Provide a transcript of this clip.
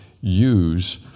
use